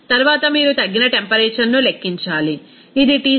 తరువాత మీరు తగ్గిన టెంపరేచర్ ను లెక్కించాలి ఇది Tc